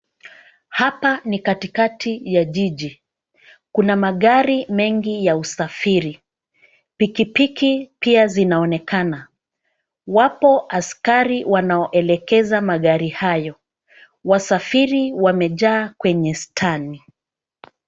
Hapa ni katikati ya jiji. Kuna magari mengi ya usafiri. Pikipiki pia zinaonekana. Wapo askari wanao elekeza magari haya. Wasafiri wamejaa kwenye stani.